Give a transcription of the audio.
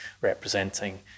representing